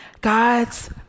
God's